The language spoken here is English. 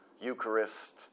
Eucharist